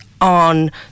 on